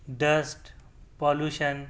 dust pollution